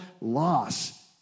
loss